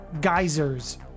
geysers